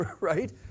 Right